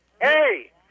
hey